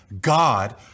God